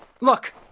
Look